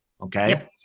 okay